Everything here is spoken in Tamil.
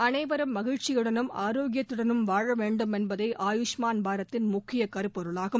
அனைவரும் மகிழ்ச்சியுடனும் ஆரோக்கியத்துடனும் வாழவேண்டும் என்பதே ஆயுஷ்மான் பாரத்தின் முக்கிய கருப்பொருளாகும்